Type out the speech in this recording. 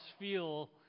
feel